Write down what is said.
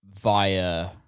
via